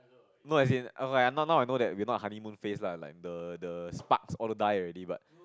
no as in I now now I know that we not honeymoon phase lah like the the sparks all died already but